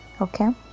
okay